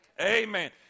Amen